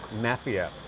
Mafia